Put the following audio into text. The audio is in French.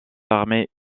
armées